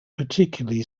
particularly